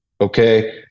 okay